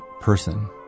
person